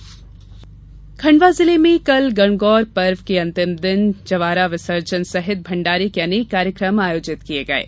गणगौर खंडवा जिले में कल गणगौर पर्व के अंतिम दिन जवारा विसर्जन सहित भण्डारे के अनेक कार्यक्रम आयोजित किये गये